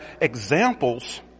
examples